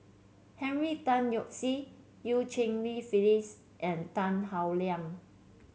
Henry Tan Yoke See Eu Cheng Li Phyllis and Tan Howe Liang